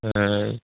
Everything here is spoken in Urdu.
ہائیں